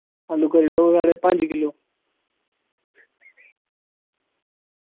आलू करी ओड़ो कोई हारे पंज किल्लो